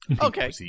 Okay